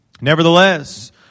Nevertheless